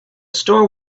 store